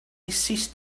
ceased